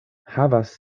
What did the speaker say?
havas